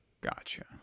gotcha